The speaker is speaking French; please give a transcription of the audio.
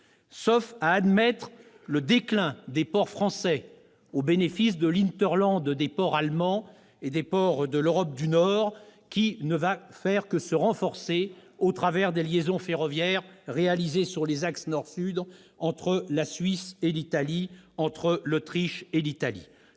sauf à admettre le déclin des ports français au bénéfice de l'hinterland des ports allemands et de l'Europe du nord, qui ne peuvent que se renforcer au travers des liaisons ferroviaires réalisées sur les axes nord-sud, entre la Suisse et l'Italie par exemple, ou entre l'Autriche et l'Italie.